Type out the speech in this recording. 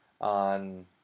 on